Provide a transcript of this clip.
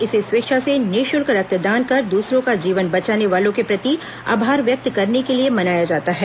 इसे स्वेच्छा से निःशुल्क रक्तदान कर दूसरों का जीवन बचाने वालों के प्रति आभार व्यक्त करने के लिए मनाया जाता है